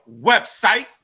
website